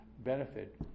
benefit